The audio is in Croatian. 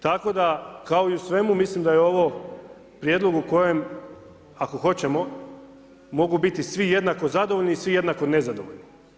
Tako da, kao i u svemu, mislim da je ovo prijedlog u kojem ako hoćemo, mogu biti svi jednako zadovoljni i svi jednako nezadovoljni.